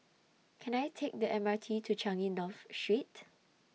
Can I Take The M R T to Changi North Street